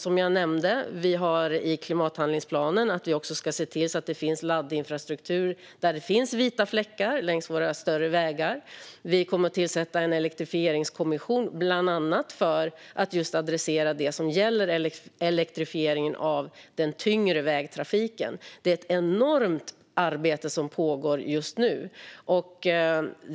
Som jag nämnde tidigare finns i klimathandlingsplanen att se till att det finns laddinfrastruktur där det finns vita fläckar längs våra större vägar. Vi kommer att tillsätta en elektrifieringskommission bland annat för att adressera det som gäller elektrifieringen av den tyngre vägtrafiken. Det är ett enormt arbete som pågår just nu.